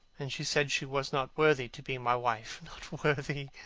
and she said she was not worthy to be my wife. not worthy!